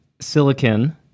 Silicon